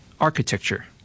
architecture